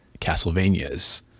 Castlevanias